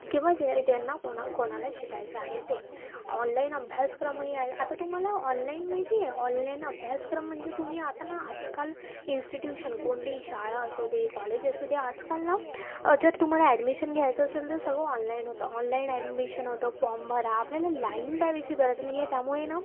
किंवा ज्या ज्यांना कोणा कोणाला शिकायचं आहे ते ऑनलाईन अभ्यासक्रमही आहे आता तुम्हाला ऑनलाईन माहिती आहे ऑनलाईन अभ्यासक्रम म्हणजे तुम्ही आता ना आजकाल इन्स्टिट्यूशन कोणतेही शाळा असू दे कॉलेज असू दे आजकाल ना जर तुम्हाला ॲडमिशन घ्यायचं असेल तर सगळं ऑनलाईन होतं ऑनलाईन ॲडमिशन होतं फॉर्म भरा आपल्याला लाईन लावायची गरज नाही आहे त्यामुळे ना